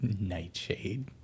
Nightshade